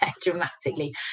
dramatically